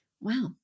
Wow